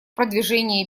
продвижении